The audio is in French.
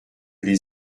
les